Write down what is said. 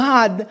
God